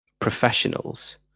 professionals